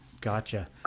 gotcha